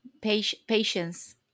patience